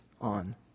on